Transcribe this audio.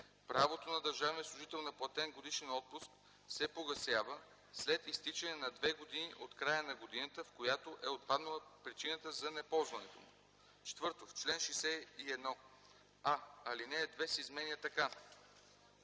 правото на държавния служител на платен годишен отпуск се погасява след изтичане на две години от края на годината, в която е отпаднала причината за неползването му.” 4. В чл. 61: а) алинея 2 се изменя така: